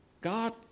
God